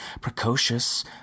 precocious